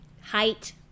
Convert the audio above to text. height